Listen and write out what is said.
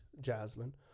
jasmine